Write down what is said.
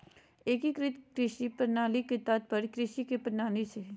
एग्रीकृत कृषि प्रणाली के तात्पर्य कृषि के प्रणाली से हइ